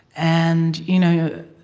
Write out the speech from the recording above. and you know